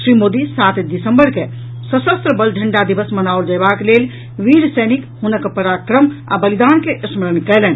श्री मोदी सात दिसंबर के सशस्त्र बल झंडा दिवस मनाओल जयबाक लेल वीर सैनिक हुनक पराक्रम आ बलिदान के स्मरण कयलनि